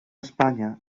espanya